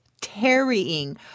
tarrying